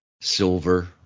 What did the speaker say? silver